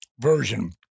version